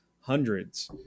hundreds